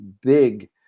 big